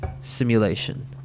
simulation